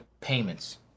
payments